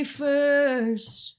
first